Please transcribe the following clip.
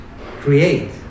create